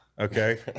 Okay